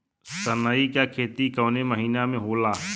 सनई का खेती कवने महीना में होला?